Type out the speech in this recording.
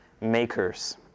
makers